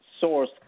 source